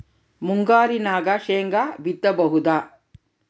ಮುಂಗಾರಿನಾಗ ಶೇಂಗಾ ಬಿತ್ತಬಹುದಾ?